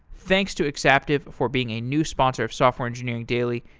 thanks to exaptive for being a new sponsor of software engineering daily.